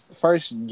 First